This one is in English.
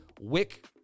Wick